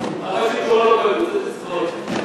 איציק,